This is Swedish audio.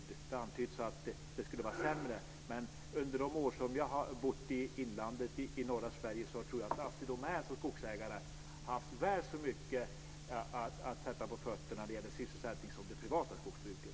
Det har antytts att det skulle vara sämre, men under de år som jag har bott i norra Sveriges inland har Assi Domän som skogsägare haft väl så mycket att sätta på fötterna när det gäller sysselsättning som det privata skogsbruket.